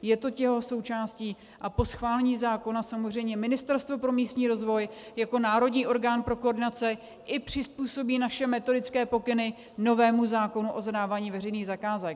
Je to jeho součástí a po schválení zákona samozřejmě Ministerstvo pro místní rozvoj jako národní orgán pro koordinaci i přizpůsobí naše metodické pokyny novému zákonu o zadávání veřejných zakázek.